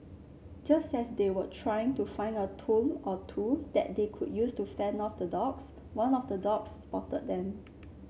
just as they were trying to find a tool or two that they could use to fend off the dogs one of the dogs spotted them